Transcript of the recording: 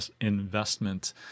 investment